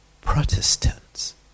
Protestants